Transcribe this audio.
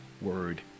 word